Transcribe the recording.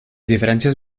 diferències